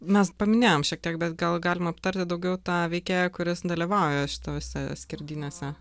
mes paminėjom šiek tiek bet gal galim aptarti daugiau tą veikėją kuris dalyvauja šitose skerdynėse